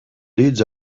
deeds